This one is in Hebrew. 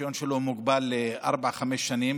רישיון של מישהו מוגבל לארבע או לחמש שנים,